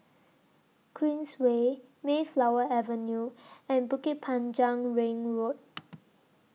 Queensway Mayflower Avenue and Bukit Panjang Ring Road